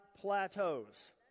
plateaus